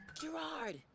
Gerard